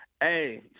Hey